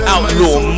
Outlaw